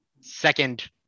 second